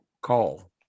call